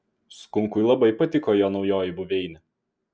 skunkui labai patiko jo naujoji buveinė